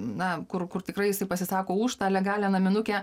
na kur kur tikrai jisai pasisako už tą legalią naminukę